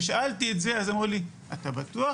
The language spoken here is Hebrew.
כששאלתי את זה אז אמרו לי "אתה בטוח?